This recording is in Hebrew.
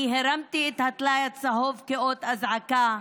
אני הרמתי את הטלאי הצהוב כאות אזעקה,